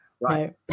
right